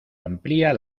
amplia